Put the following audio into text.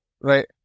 right